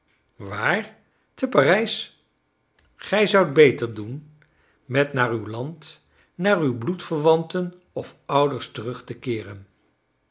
waar te parijs gij zoudt beter doen met naar uw land naar uw bloedverwanten of ouders terug te keeren